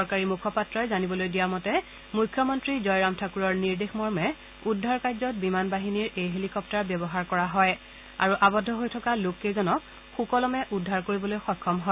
এগৰাকী চৰকাৰী মুখপাত্ৰই জানিবলৈ দিয়া মতে মুখ্যমন্তী জয়ৰাম ঠাকুৰৰ নিৰ্দেশমৰ্মে উদ্ধাৰ কাৰ্যত বিমান বাহিনীৰ এই হেলিকপ্তাৰ ব্যৱহাৰ কৰা হয় আৰু আবদ্ধ হৈ থকা লোক কেইজনক সুকলমে উদ্ধাৰ কৰিবলৈ সক্ষম হয়